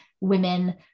women